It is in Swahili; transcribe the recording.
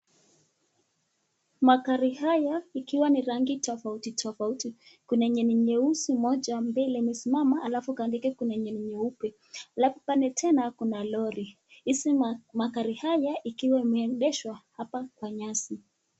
Magari haya ikiwa ni rangi tofauti tofauti kuna moja ni nyeusi ambayo imesimama alafu kando yake ni nyeupe. Alafu pale tena kuna lori magari haya ikiwa imeegeshwa hapa kwa nyasi.